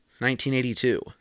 1982